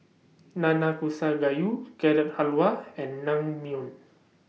Nanakusa Gayu Carrot Halwa and Naengmyeon